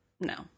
no